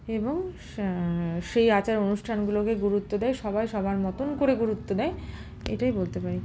এবং সেই আচার অনুষ্ঠানগুলোকে গুরুত্ব দেয় সবাই সবার মতন করে গুরুত্ব দেয় এটাই বলতে পারি